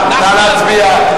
נא להצביע.